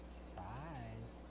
surprise